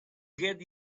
get